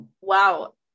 Wow